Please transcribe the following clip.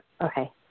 Okay